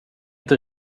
inte